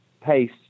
pace